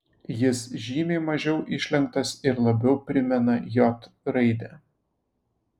jis žymiai mažiau išlenktas ir labiau primena j raidę